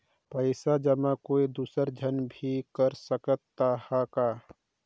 पइसा जमा कोई दुसर झन भी कर सकत त ह का?